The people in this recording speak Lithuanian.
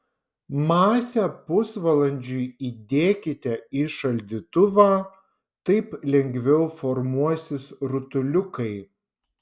masę pusvalandžiui įdėkite į šaldytuvą taip lengviau formuosis rutuliukai